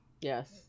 Yes